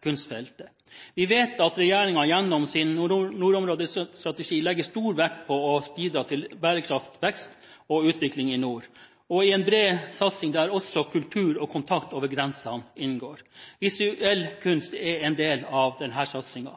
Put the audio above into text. kunstfeltet. Vi vet at regjeringen gjennom sin nordområdestrategi legger stor vekt på å bidra til bærekraftig vekst og utvikling i nord, og i en bred satsing der også kultur og kontakt over grensene inngår. Visuell kunst er en del av denne satsingen.